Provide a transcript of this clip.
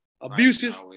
Abusive